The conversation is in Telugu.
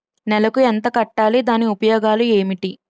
నెలకు ఎంత కట్టాలి? దాని ఉపయోగాలు ఏమిటి?